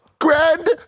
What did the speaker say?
Grand